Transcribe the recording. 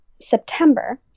September